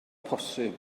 posib